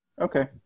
Okay